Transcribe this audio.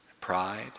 pride